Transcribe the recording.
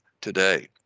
today